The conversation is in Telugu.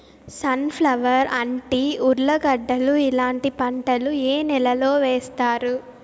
సన్ ఫ్లవర్, అంటి, ఉర్లగడ్డలు ఇలాంటి పంటలు ఏ నెలలో వేస్తారు?